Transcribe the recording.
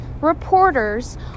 reporters